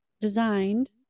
designed